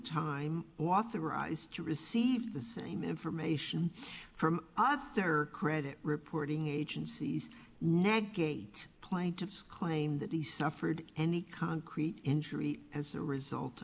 time authorised to receive the same information from other credit reporting agencies navigate plaintiff's claim that he suffered any concrete injury as a result